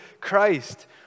Christ